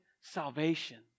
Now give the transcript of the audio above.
salvation